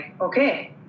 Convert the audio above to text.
Okay